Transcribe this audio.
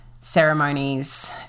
ceremonies